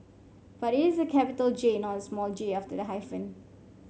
but it's a capital J not a small j after the hyphen